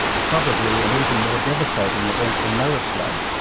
probably an even more devastating event than noah's flood.